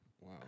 Wow